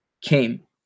came